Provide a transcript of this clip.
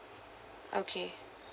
okay